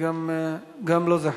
גם לו זה חשוב.